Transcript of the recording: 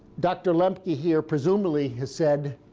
dr. lemke here presumably has said,